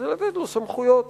אז לתת לו סמכויות